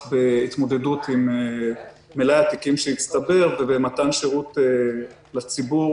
להתמודד עם מלאי התיקים שהצטבר ומתן שירות לציבור